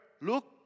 look